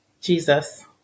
Jesus